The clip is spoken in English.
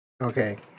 Okay